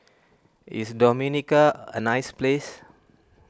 is Dominica a nice place